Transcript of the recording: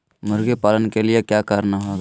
मुर्गी पालन के लिए क्या करना होगा?